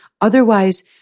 otherwise